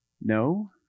No